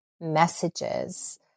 messages